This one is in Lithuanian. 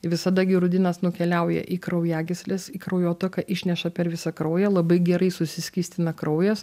visada girudinas nukeliauja į kraujagysles į kraujotaką išneša per visą kraują labai gerai susiskystina kraujas